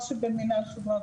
מנהלים מעוניינים,